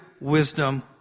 wisdom